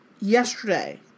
yesterday